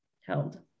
held